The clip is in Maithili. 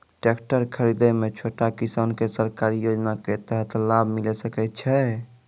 टेकटर खरीदै मे छोटो किसान के सरकारी योजना के तहत लाभ मिलै सकै छै?